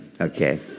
okay